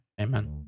Amen